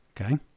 Okay